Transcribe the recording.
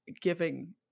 giving